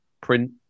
print